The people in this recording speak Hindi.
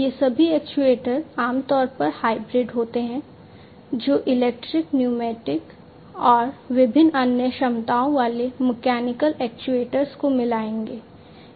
ये सभी एक्चुएटर आमतौर पर हाइब्रिड होते हैं जो इलेक्ट्रिक न्यूमेटिक और विभिन्न अन्य क्षमताओं वाले मैकेनिकल एक्ट्यूएटर्स को मिलाएंगे